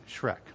Shrek